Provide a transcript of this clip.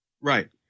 Right